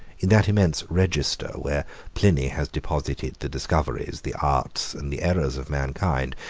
in that immense register, where pliny has deposited the discoveries, the arts, and the errors of mankind,